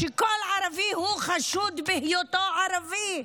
שכל ערבי הוא חשוד בהיותו ערבי במדינה.